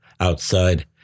outside